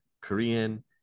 Korean